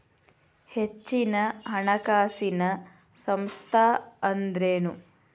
ಹೆಚ್ಚಿನ ಹಣಕಾಸಿನ ಸಂಸ್ಥಾ ಅಂದ್ರೇನು?